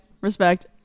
respect